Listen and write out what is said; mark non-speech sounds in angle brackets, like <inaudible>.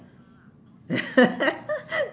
<laughs>